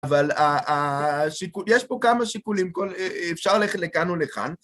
אבל יש פה כמה שיקולים, אפשר ללכת לכאן או לכאן.